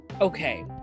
okay